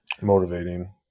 motivating